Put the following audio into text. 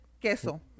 queso